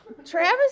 Travis